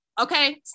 Okay